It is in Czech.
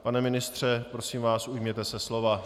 Pane ministře, prosím vás, ujměte se slova.